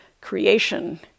creation